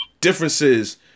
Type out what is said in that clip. differences